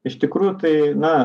iš tikrųjų tai na